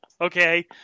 Okay